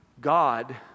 God